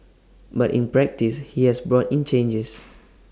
but in practice he has brought in changes